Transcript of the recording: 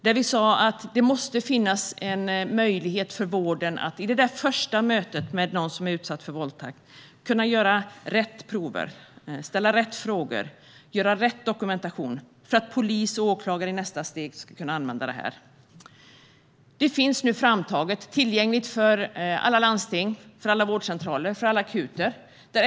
Där sa vi att det måste finnas en möjlighet för vården att i det första mötet med någon som varit utsatt för våldtäkt kunna ta rätt prover, ställa rätt frågor och göra rätt dokumentation för att polis och åklagare i nästa steg ska kunna använda det. Det finns nu framtaget och tillgängligt för alla landsting, alla vårdcentraler och alla akuter.